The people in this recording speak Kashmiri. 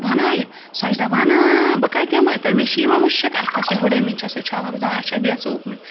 بَنایہِ سۄ چھِ دَپان اۭں بہٕ کَتہِ یِمَے تَے مےٚ چھِ یِوان مُشُک اَتھَس ییٚلہِ بہٕ ڈٔمِنۍ چھسَے چھَلان بہٕ چھٮ۪سس دَپان اَچھا بیٚہہ ژٕ اُکنُے